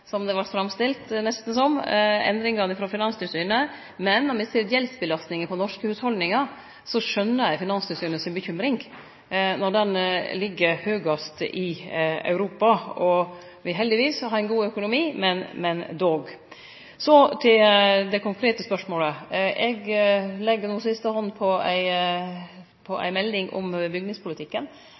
som det nesten vart framstilt som – endringane frå Finanstilsynet. Men når me ser gjeldsbelastninga på norske hushaldningar, skjønner eg Finanstilsynet si bekymring, når ho ligg høgast i Europa. Heldigvis har me ein god økonomi – men likevel. Så til det konkrete spørsmålet. Eg legg no siste hand på ei melding om bygningspolitikken